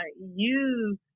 use